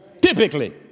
Typically